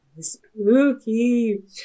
Spooky